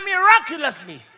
miraculously